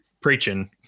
preaching